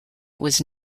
was